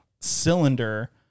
cylinder